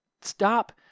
stop